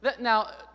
Now